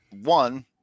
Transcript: one